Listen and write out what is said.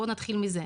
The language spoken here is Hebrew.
בוא נתחיל מזה,